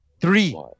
Three